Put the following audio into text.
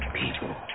people